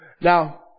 Now